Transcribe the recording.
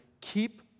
keep